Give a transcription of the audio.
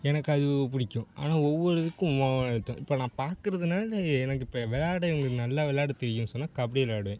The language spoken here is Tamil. எனக்கு அது பிடிக்கும் ஆனால் ஒவ்வொரு இதுக்கும் இப்போது நான் பார்க்குறதுனால எனக்கு இப்போது எனக்கு விளாட எனக்கு நல்லா விள்ளாடத் தெரியும் சொன்னால் கபடி விளாடுவேன்